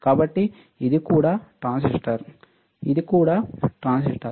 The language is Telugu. కాబట్టి ఇది కూడా ట్రాన్సిస్టర్ ఇది కూడా ట్రాన్సిస్టర్ ఇది కూడా ట్రాన్సిస్టర్ ఇది కూడా ట్రాన్సిస్టర్